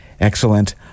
Excellent